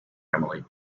family